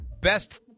best